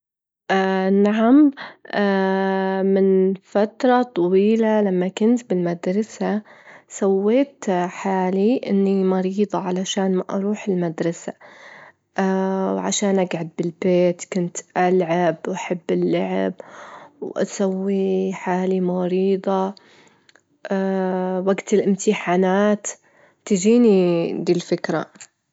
في ليلة هادية، موسيقار جعد يسمع في لحن غريب يطلع من الغابة، قرر يتبع الصوت لهناك، لجى شخص يعزف على ألة موسيقية جديمة، اللحن كان سحري كل من يسمعه يحس بالراحة والسعادة.